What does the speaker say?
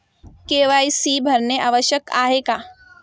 KYC भरणे आवश्यक आहे का?